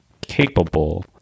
capable